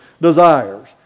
desires